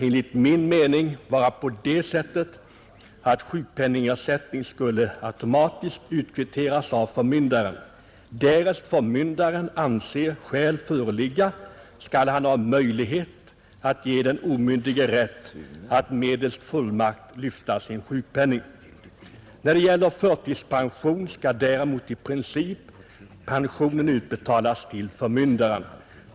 Enligt min mening borde det vara så att sjukpenningen automatiskt utkvitterades av förmyndaren, och därest förmyndaren anser skäl föreligga härtill skall han ha möjlighet att ge den omyndige rätt att med fullmakt lyfta sin sjukpenning. När det gäller förtidspension skall pensionen däremot i princip utbetalas till förmyndaren.